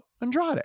Andrade